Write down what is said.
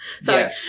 sorry